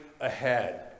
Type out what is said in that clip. ahead